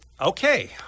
Okay